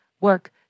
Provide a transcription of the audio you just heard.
work